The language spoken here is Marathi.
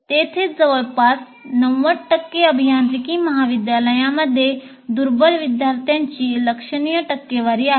येथेच जवळपास 90 अभियांत्रिकी महाविद्यालयांमध्ये दुर्बल विद्यार्थ्यांची लक्षणीय टक्केवारी आहे